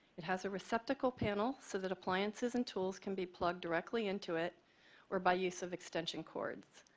it has a receptacle panel so that appliances and tools can be plugged directly into it or by use of extension cords.